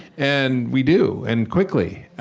and we do, and quickly.